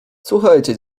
słuchajcie